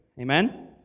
amen